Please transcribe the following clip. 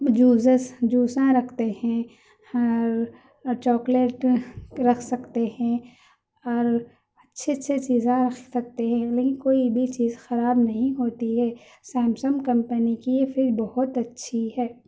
juices جوساں رکھتے ہیں چاکلیٹ رکھ سکتے ہیں اور اچّھے اچھے چیزاں رکھ سکتے ہیں لیکن کوئی بھی چیز خراب نہیں ہوتی ہے سیمسنگ کمپنی کی یہ فریج بہت اچھی ہے